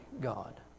God